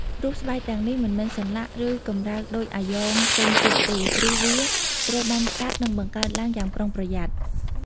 រូបស្បែកទាំងនេះ មិនមានសន្លាក់ ឬកម្រើកដូចអាយ៉ងផ្សេងទៀតទេ ព្រោះវាត្រូវបានកាត់ និងបង្កើតឡើងយ៉ាងប្រុងប្រយ័ត្ន។